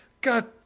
God